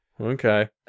okay